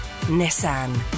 Nissan